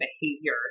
behavior